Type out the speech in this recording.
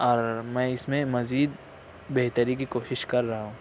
اور میں اس میں مزید بہتری کی کوشش کر رہا ہوں